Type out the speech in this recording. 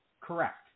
Correct